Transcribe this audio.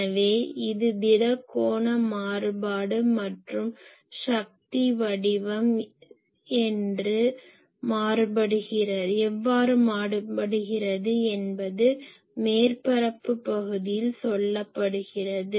எனவே இது திட கோண மாறுபாடு மற்றும் சக்தி எவ்வாறு மாறுபடுகிறது என்பது மேற்பரப்புப் பகுதியில் சொல்லப்படுகிறது